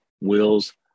Will's